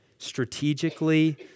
Strategically